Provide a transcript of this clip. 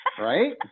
Right